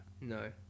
No